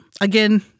again